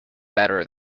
better